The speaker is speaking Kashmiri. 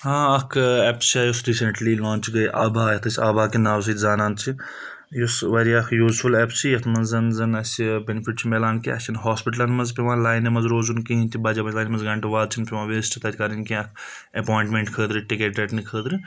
ہاں اَکھ ایپ چھےٚ اَسہِ ریٖسنٛٹلی لانچ گٔے آبا یَتھ أسۍ آبا کے ناو سۭتۍ زانان چھِ یُس واریاہ اَکھ یوٗزفُل ایپ چھِ یَتھ منٛز زَن اَسہِ بینِفِٹ چھُ میلان کینٛہہ اَسہِ چھُنہٕ ہاسپِٹلَن منٛز پیٚوان لاینہِ منٛز روزُن کِہیٖنۍ تہِ بَجہِ بَجہِ لاین منٛز گنٛٹہٕ واد چھِنہٕ پیٚوان ویسٹہٕ تَتہِ کَرٕنۍ کینٛہہ اکھ ایپایٹمینٹ خٲطرٕ ٹِکٹ رَٹنہٕ خٲطرٕ